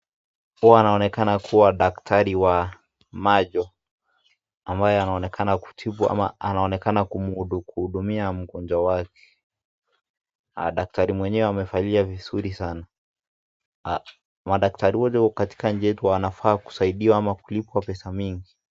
Hawa wanaoneka kuwa madaktari wa macho ambao wanaonekana kutibu ama anaonekana kumuhutumia mgonjwa wake, daktari mwenye amevalia vizuri sana madaktari wote wa nchini yetu wanafaa kusadiwa ama kulipwa pesa mingi.